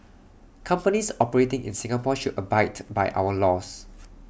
companies operating in Singapore should abide by our laws